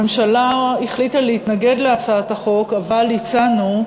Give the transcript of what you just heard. הממשלה החליטה להתנגד להצעת החוק, אבל הצענו,